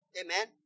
amen